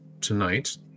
tonight